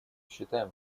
считаем